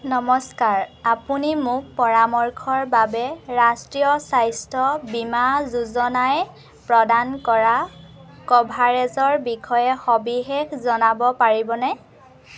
নমস্কাৰ আপুনি মোক পৰামৰ্শৰ বাবে ৰাষ্ট্ৰীয় স্বাস্থ্য বীমা যোজনাই প্ৰদান কৰা কভাৰেজৰ বিষয়ে সবিশেষ জনাব পাৰিবনে